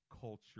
culture